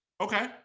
okay